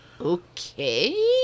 Okay